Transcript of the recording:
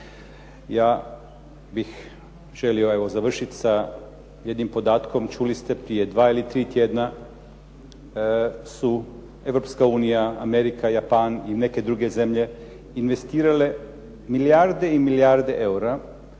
Ja bih želio evo završiti sa jednim podatkom, čuli ste prije dva ili tri tjedna su Europska unija, Amerika, Japan i neke druge zemlje investirale milijarde i milijarde eura